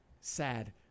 Sad